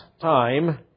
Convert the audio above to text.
time